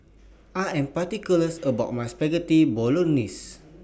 I Am particular about My Spaghetti Bolognese